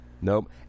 Nope